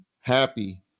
happy